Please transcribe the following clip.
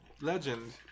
legend